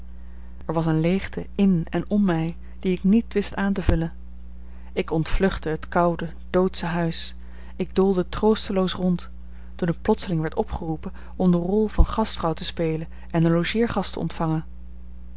er was eene leegte in en om mij die ik niet wist aan te vullen ik ontvluchtte het koude doodsche huis ik doolde troosteloos rond toen ik plotseling werd opgeroepen om de rol van gastvrouw te spelen en een logeergast te ontvangen